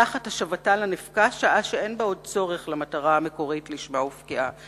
תחת השבתה לנפקע שעה שאין בה עוד צורך למטרה המקורית שלשמה הופקעה.